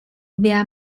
via